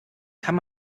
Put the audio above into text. kann